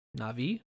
Navi